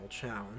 Challenge